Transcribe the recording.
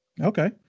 Okay